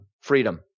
freedom